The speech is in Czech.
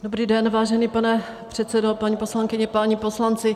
Dobrý den, vážený pane předsedo, paní poslankyně, páni poslanci.